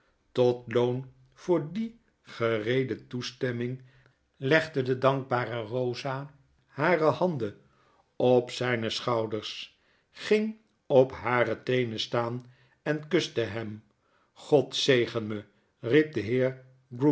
tot loon voor die gereedetoestemminglegde de dankbare rosa hare handen op zyne schouders ging op hare teenen staan en kuste hem god zegen me riep de heer